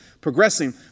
progressing